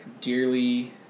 dearly